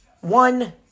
One